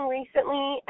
recently